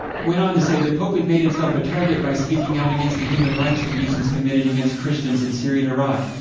it went on to say, the pope had made himself a target by speaking out against the human rights abuses committed against christians in syria and iraq,